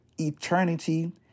eternity